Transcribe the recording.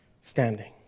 standing